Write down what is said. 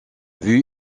vus